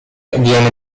viene